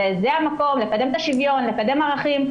זה המקום לקדם שוויון, לקדם ערכים.